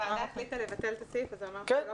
הוועדה החליטה לבטל את הסעיף אז זה אומר שהוא לא